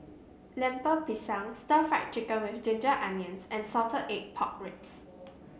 Lemper Pisang stir Fry Chicken with Ginger Onions and Salted Egg Pork Ribs